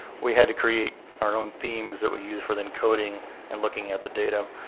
we had to create our own themes that we use for the encoding and looking at the data,